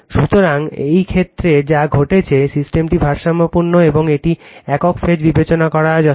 সুতরাং এই ক্ষেত্রে যা ঘটেছে সিস্টেমটি ভারসাম্যপূর্ণ এবং এটি একক ফেজ বিবেচনা করা যথেষ্ট